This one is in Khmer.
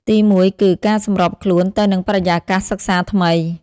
ទីមួយគឺ ការសម្របខ្លួនទៅនឹងបរិយាកាសសិក្សាថ្មី។